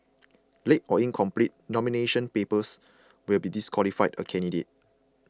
late or incomplete nomination papers will be disqualify a candidate